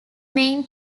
main